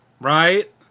Right